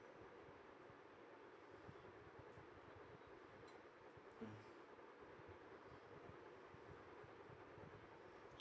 mm